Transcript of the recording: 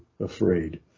afraid